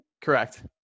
Correct